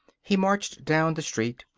he marched down the street,